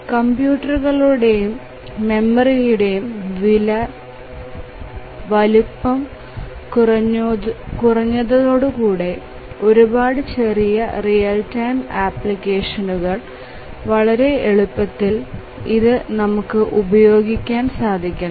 കംപ്യൂട്ടറുകളുടെയും മെമ്മറിയുടെയും വലുപ്പം കുറഞ്ഞതോടെ ഒരുപാട് ചെറിയ റിയൽ ടൈം ആപ്ലിക്കേഷനുകളിൽ വളരെ എളുപ്പത്തിൽ ഇത് നമുക്ക്ഉപയോഗിക്കാൻ സാധിക്കുന്നു